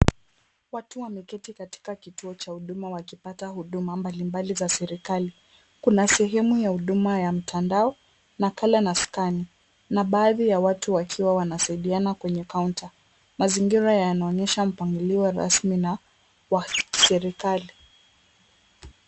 Watu wameketi katika kituo cha Huduma wakipata huduma mbali mbali za serikali. Kuna sehemu ya huduma ya mtandao, nakala na skani na baadhi ya watu wakiwa wanasaidiana kwenye kaunta. Mazingira yanaonyesha mpangilio rasmi na wa kiserikali.